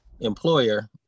employer